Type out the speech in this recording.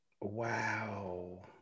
Wow